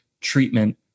treatment